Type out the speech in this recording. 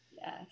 Yes